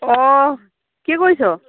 অঁ কি কৰিছ